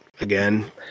again